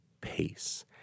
pace